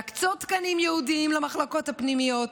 להקצות תקנים ייעודיים למחלקות הפנימיות